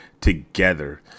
together